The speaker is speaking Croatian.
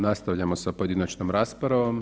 Nastavljamo sa pojedinačnom raspravom.